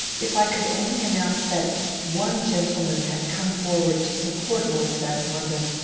if i could only announce that one gentleman had come forward to support lord saxmundham,